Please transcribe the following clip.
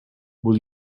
will